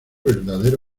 verdadero